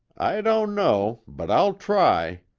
i don't know, but i'll try.